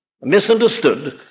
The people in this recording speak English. misunderstood